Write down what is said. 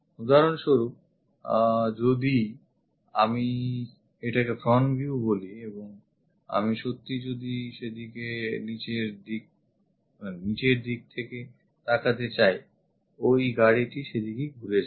উদাহরণস্বরূপ যদি আমি এটাকে front view বলি এবং আমি সত্যি যদি সেদিকে নিচের দিক থেকে তাকাতে চাই ওই গাড়িটি সেদিকেই ঘুরে যায়